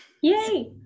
Yay